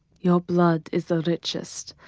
your blood is the richest,